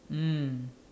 mm